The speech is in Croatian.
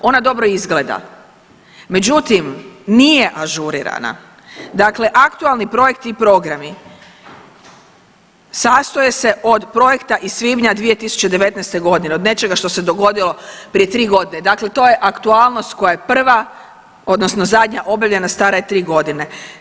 Ona dobro izgleda, međutim, nije ažurirana, dakle aktualni projekti i programi sastoje se iz projekta iz svibnja 2019. g. od nečega što se dogodilo prije 3 godine, dakle to je aktualnost koja je prva, odnosno zadnja objavljena, stara je 3 godine.